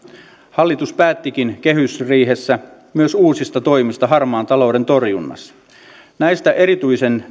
hallitus päättikin kehysriihessä myös uusista toimista harmaan talouden torjunnassa näistä erityisen